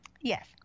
Yes